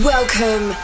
Welcome